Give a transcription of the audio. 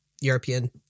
European